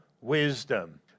wisdom